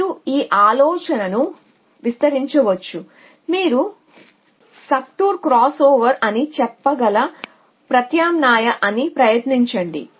మీరు ఈ ఆలోచనను విస్తరించవచ్చు మీరు సబ్టోర్ క్రాస్ఓవర్ అని చెప్పగల ప్రత్యామ్నాయాన్ని ప్రయత్నించండి